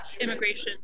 immigration